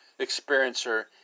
experiencer